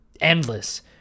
endless